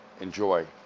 enjoy